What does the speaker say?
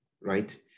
right